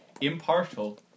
impartial